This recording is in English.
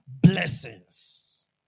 blessings